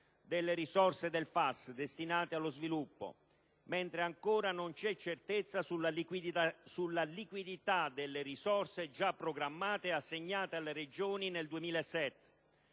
delle risorse di questi ultimi, destinate allo sviluppo, mentre ancora non c'è certezza sulla liquidità di quelle già programmate e assegnate alle Regioni nel 2007.